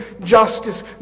justice